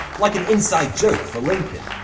like an inside joke for lincoln.